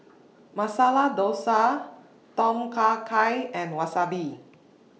Masala Dosa Tom Kha Gai and Wasabi